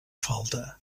falta